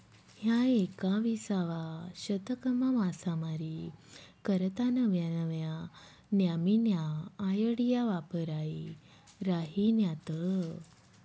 ह्या एकविसावा शतकमा मासामारी करता नव्या नव्या न्यामीन्या आयडिया वापरायी राहिन्यात